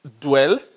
dwell